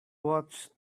watched